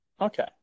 Okay